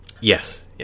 yes